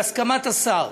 בהסכמת השר,